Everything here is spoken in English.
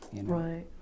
right